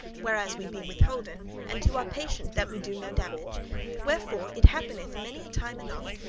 where as we be withholden, and to our patient that we do no damage wherefore it happeneth many a time and oft,